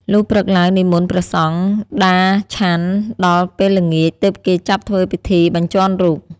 លុះព្រឹកឡើងនិមន្តព្រះសង្ឃដារ ឆាន់ ដល់ពេលល្ងាច ទើបគេចាប់ធ្វើពិធីបញ្ជាន់រូប ។